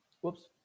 Whoops